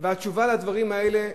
התשובה לדברים האלה,